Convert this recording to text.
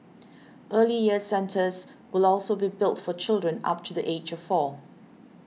Early Years Centres will also be built for children up to the age of four